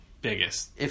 Biggest